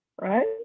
right